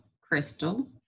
Crystal